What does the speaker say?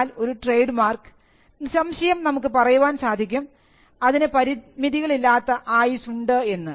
എന്നാൽ ഒരു trade mark നമുക്ക് നിസ്സംശയം പറയുവാൻ സാധിക്കും അതിന് പരിമിതികളില്ലാത്ത ആയുസ്സ് ഉണ്ട് എന്ന്